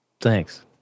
Thanks